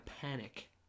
panic